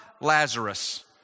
Lazarus